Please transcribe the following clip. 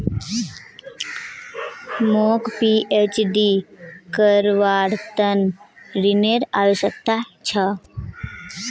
मौक पीएचडी करवार त न ऋनेर आवश्यकता छ